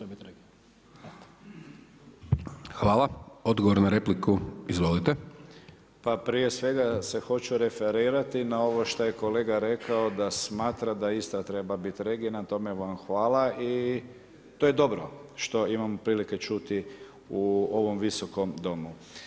Pa prije svega se hoću referirati na ovo što je kolega rekao da smatra da Istra treba biti regija, na tome vam hvala i to je dobro što imamo prilike čuti u ovom Visokom domu.